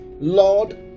Lord